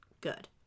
good